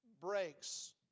breaks